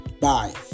Bye